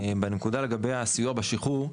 לגבי הסיוע בשחרור,